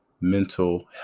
mental